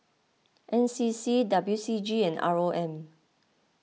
N C C W C G and R O M